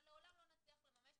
אבל לעולם לא נצליח לממש.